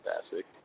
fantastic